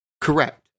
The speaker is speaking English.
Correct